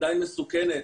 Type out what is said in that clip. עדיין מסוכנת.